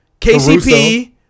KCP